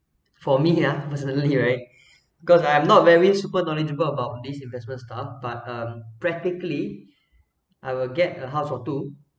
for me ah personally right cause I am not very super knowledgeable about this investment stuff but um practically I will get a house or two